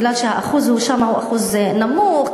מכיוון שהאחוז שם הוא אחוז נמוך,